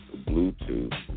Bluetooth